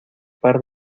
par